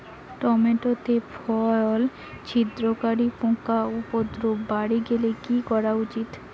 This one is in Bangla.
টমেটো তে ফল ছিদ্রকারী পোকা উপদ্রব বাড়ি গেলে কি করা উচিৎ?